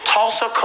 Tulsa